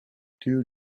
two